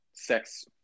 Sex